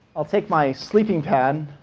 i'll take my sleeping pad